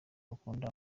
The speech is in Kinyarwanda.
bakunda